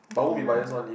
okay lah